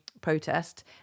protest